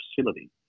facility